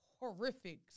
horrific